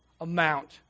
amount